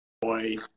boy